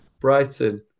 Brighton